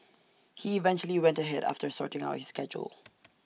he eventually went ahead after sorting out his schedule